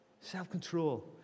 Self-control